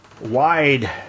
wide